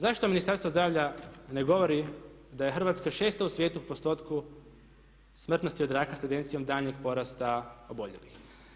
Zašto Ministarstvo zdravlja ne govori da je Hrvatska 6. u svijetu po postotku smrtnosti od raka s tendencijom daljnjeg porasta oboljelih.